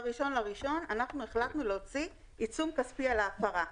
ב-1 בינואר אנחנו החלטנו להוציא עיצום כספי על ההפרה.